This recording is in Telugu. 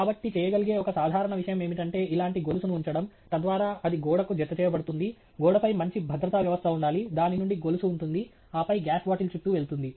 కాబట్టి చేయగలిగే ఒక సాధారణ విషయం ఏమిటంటే ఇలాంటి గొలుసును ఉంచడం తద్వారా అది గోడకు జతచేయబడుతుంది గోడపై మంచి భద్రతా వ్యవస్థ ఉండాలి దాని నుండి గొలుసు ఉంటుంది ఆపై గ్యాస్ బాటిల్ చుట్టూ వెళుతుంది